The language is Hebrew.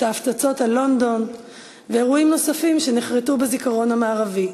את ההפצצות על לונדון ואירועים נוספים שנחרתו בזיכרון המערבי.